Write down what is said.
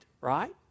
right